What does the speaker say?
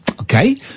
Okay